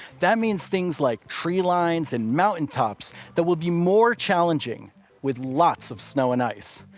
that means things like treelines and mountain tops that will be more challenging with lots of snow and ice.